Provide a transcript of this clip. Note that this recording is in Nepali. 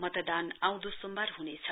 मतदान आँउदो सोमबार हुनेछ